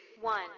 one